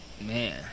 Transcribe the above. Man